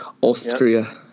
Austria